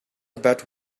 about